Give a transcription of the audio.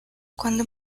cuando